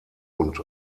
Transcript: und